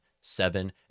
seven